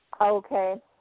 Okay